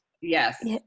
Yes